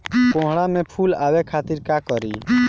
कोहड़ा में फुल आवे खातिर का करी?